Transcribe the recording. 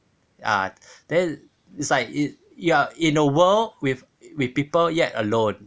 ah then it's like it you're in a world with with people yet alone